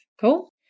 Cool